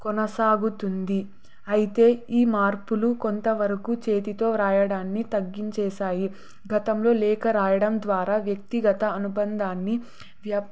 కొనసాగుతుంది అయితే ఈ మార్పులు కొంతవరకు చేతితో రాయడాన్ని తగ్గించేశాయి గతంలో లేఖ రాయడం ద్వారా వ్యక్తిగత అనుబందాన్ని